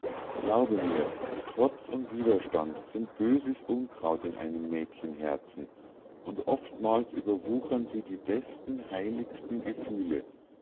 glaube mir trotz und widerstand sind böses unkraut in einem mädchenherzen und oftmals überwuchern sie die besten heiligsten gefühle